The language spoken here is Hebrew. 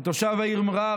כתושב העיר מע'אר,